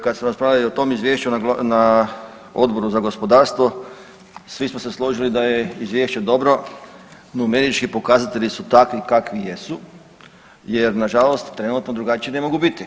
Kad smo raspravljali o tom Izvješću, na Odboru za gospodarstvo, svi smo se složili da je Izvješće dobro, numerički pokazatelji su takvi kakvi jesu jer nažalost trenutno drugačiji ne mogu biti.